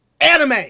anime